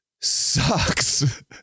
sucks